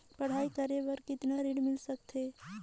पढ़ाई करे बार कितन ऋण मिल सकथे?